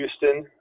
Houston